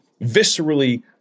viscerally